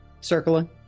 Circling